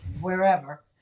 wherever